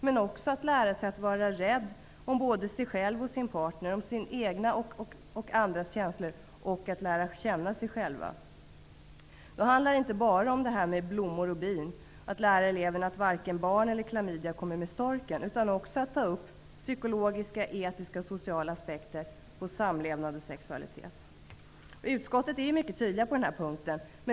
Man måste också lära sig att vara rädd om både sig själv och sin partner, om sina egna och andras känslor. Det är också viktigt att man lär känna sig själv. Det handlar inte bara om blommor och bin eller om att lära eleverna att varken barn eller klamydia kommer med storken. Det gäller nämligen också att ta upp psykologiska, etiska och sociala aspekter på samlevnad och sexualitet. Utskottet är mycket tydligt på den här punkten.